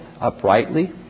uprightly